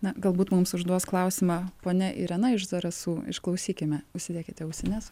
na galbūt mums užduos klausimą ponia irena iš zarasų išklausykime užsidėkite ausines